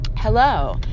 Hello